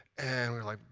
and we're like,